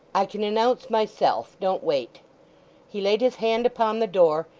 i can announce myself. don't wait he laid his hand upon the door,